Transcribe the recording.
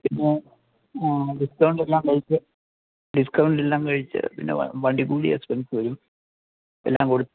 പിന്നെ ഡിസ്കൗണ്ടെല്ലാം കഴിച്ച് ഡിസ്കൗണ്ടെല്ലാം കഴിച്ച് പിന്നെ വണ്ടിക്കൂലി എക്സ്പെൻസ് വരും എല്ലാംകൂടി